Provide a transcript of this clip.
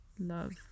love